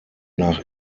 nach